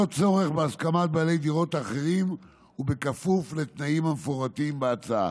צורך בהסכמת בעלי דירות אחרים ובכפוף לתנאים המפורטים בהצעה.